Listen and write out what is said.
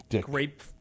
grape